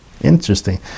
Interesting